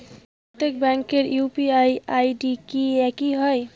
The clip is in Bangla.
প্রত্যেক ব্যাংকের ইউ.পি.আই আই.ডি কি একই হয়?